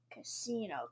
Casino